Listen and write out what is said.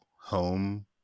Home